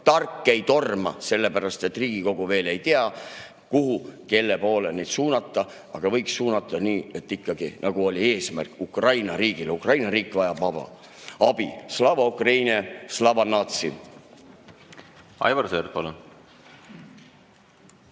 tark ei torma, sellepärast et Riigikogu veel ei tea kuhu, kelle poole need suunata, aga võiks suunata ikkagi nii, nagu oli eesmärk, Ukraina riigile. Ukraina riik vajab abi. Slava Ukraini! Slava natsii! Aivar Sõerd,